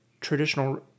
traditional